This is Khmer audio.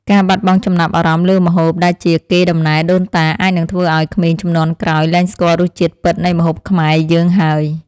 ការបាត់បង់ចំណាប់អារម្មណ៍លើម្ហូបដែលជាកេរ្តិ៍តំណែលដូនតាអាចនឹងធ្វើឲ្យក្មេងជំនាន់ក្រោយលែងស្គាល់រសជាតិពិតនៃម្ហូបខ្មែរយើងហើយ។